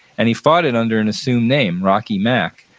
and he fought it under an assumed name, rocky mac,